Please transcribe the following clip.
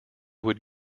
would